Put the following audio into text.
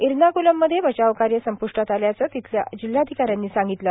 इरनाकुलममध्ये बचावकार्य संपुष्टात आल्याचं तिथल्या जिल्हाधिकाऱ्यांनी सांगितलं